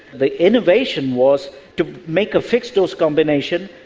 the innovation was to make a fixed-dose combination,